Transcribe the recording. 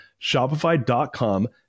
Shopify.com